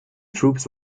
troops